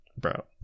bro